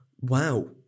Wow